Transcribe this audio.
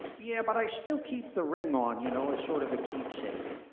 yeah, but i still keep the ring on, you know, as sort of a keepsake.